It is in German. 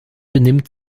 benimmt